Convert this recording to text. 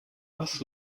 was